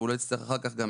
והוא לא יצטרך אחר כך גם